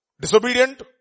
disobedient